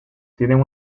tienen